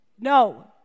No